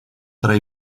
tra